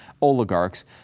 oligarchs